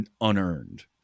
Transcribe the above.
unearned